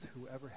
whoever